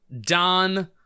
Don